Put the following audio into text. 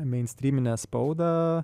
meinstryminę spaudą